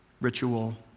ritual